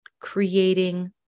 creating